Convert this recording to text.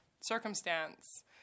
circumstance